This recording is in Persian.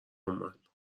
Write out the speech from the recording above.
اومد